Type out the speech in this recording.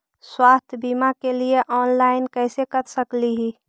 स्वास्थ्य बीमा के लिए ऑनलाइन कैसे कर सकली ही?